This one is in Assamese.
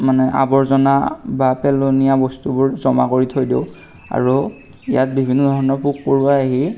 মানে আৱৰ্জনা বা পেলনীয়া বস্তুবোৰ জমা কৰি থৈ দিওঁ আৰু ইয়াত বিভিন্ন ধৰণৰ পোক পৰুৱা আহি